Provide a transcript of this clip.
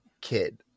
kid